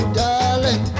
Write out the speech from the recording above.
darling